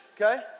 Okay